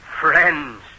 Friends